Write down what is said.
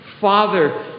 Father